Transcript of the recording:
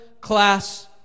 class